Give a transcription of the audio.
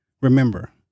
Remember